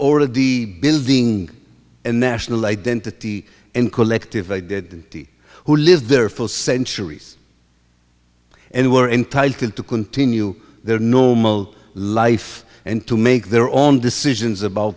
already building a national identity and collective i did who lived there for centuries and were entitled to continue their normal life and to make their own decisions about